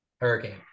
Hurricane